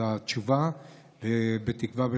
בתקווה,